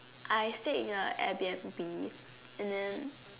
I stayed in the Airbnb and then